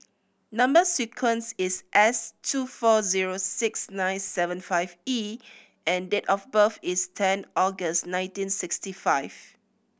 number sequence is S two four zero six nine seven five E and date of birth is ten August nineteen sixty five